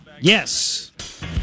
Yes